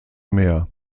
meer